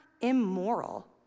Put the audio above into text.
immoral